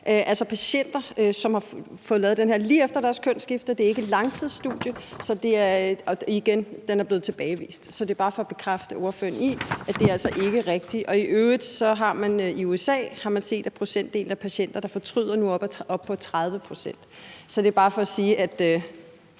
unge patienter over 18 år lige efter deres kønsskifte. Det er ikke et langtidsstudie, og den er altså blevet tilbagevist. Det er bare for at bekræfte ordføreren i, at det altså ikke er rigtigt. I øvrigt har man i USA set, at procentdelen af patienter, der fortryder, nu er oppe på 30 pct. Det er bare for at sige: Stol